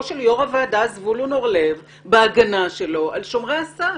של יושב-ראש הוועדה זבולון אורלב בהגנה שלו על שומרי הסף,